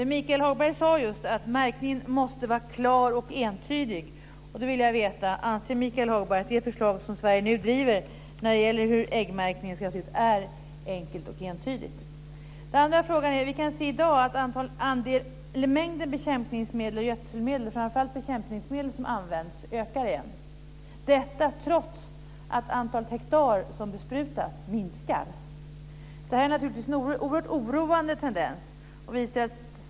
Michael Hagberg sade just att märkningen måste vara klar och entydig. Anser Michael Hagberg att det förslag som Sverige nu driver när det gäller hur äggmärkningen ska se ut är enkelt och entydigt? Vi kan i dag se att mängden av framför allt bekämpningsmedel men också gödsningsmedel ökar igen - detta trots att antalet hektar som besprutas minskar. Det är naturligtvis en oerhört oroande tendens.